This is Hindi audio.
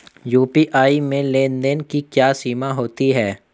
यू.पी.आई में लेन देन की क्या सीमा होती है?